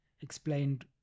explained